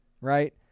right